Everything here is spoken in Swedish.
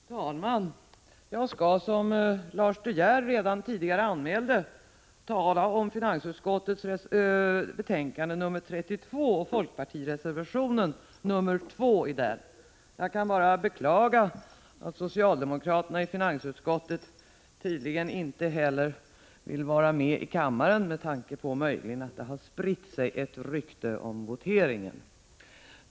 Herr talman! Jag skall, som Lars De Geer redan tidigare har anmält, behandla finansutskottets betänkande 34 och folkpartireservationen 2 till detta betänkande. Jag kan bara beklaga att socialdemokraterna i finansutskottet tydligen heller inte vill vara med i kammaren — möjligen på grund av det rykte som har spritt sig beträffande voteringen.